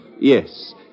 Yes